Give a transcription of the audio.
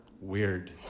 weird